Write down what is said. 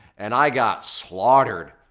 and i got slaughtered,